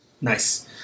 Nice